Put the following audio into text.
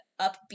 upbeat